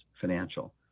financial